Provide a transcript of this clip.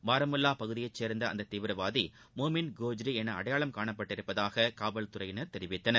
பாரமுல்லா பகுதியைச்சேர்ந்த அந்த தீவரவாதி மொமின் கோர்ஜி என அடையாளம் காணப்பட்டுள்ளதாக காவல்துறையினர் தெரிவித்தனர்